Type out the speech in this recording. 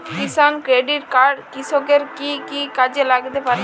কিষান credit card কৃষকের কি কি কাজে লাগতে পারে?